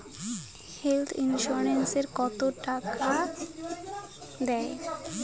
Health insurance ওত কত টাকা দেয়?